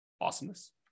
Awesomeness